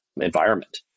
environment